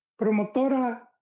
Promotora